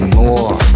more